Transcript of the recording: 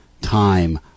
time